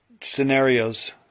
scenarios